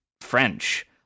French